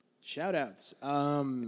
Shout-outs